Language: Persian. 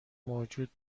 موجود